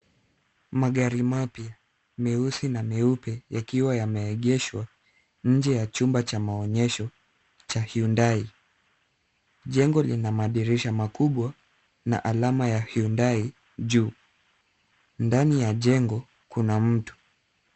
Magari mapya, meusi na meupe yakiwa yameegeshwa nje ya chumba cha maonyesho cha Hyundai. Jengo lina madirisha makubwa na alama ya Hyundai juu. Ndani ya jengo kuna mtu.